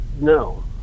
No